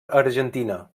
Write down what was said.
argentina